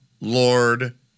Lord